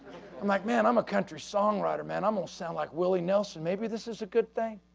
i'm like man i'm a country song writer man, almost sounds like willie nelson maybe this is a good thing.